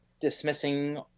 dismissing